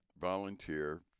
volunteer